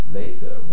later